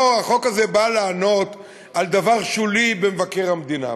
החוק הזה בא לענות על דבר שולי אצל מבקר המדינה,